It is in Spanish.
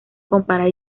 comparar